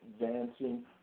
advancing